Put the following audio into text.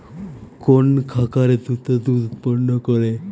কোন খাকারে দ্রুত দুধ উৎপন্ন করে?